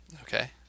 Okay